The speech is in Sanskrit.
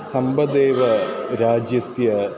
सम्बन्धे एव राज्यस्य